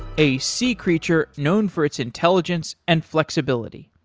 a sea creature known for its intelligence and flexibility.